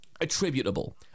attributable